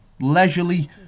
leisurely